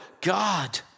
God